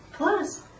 Plus